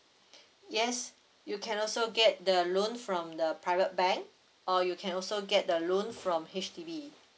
yes you can also get the loan from the private bank or you can also get the loan from H_D_B